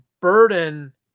burden